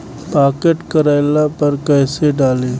Pocket करेला पर कैसे डाली?